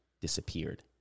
disappeared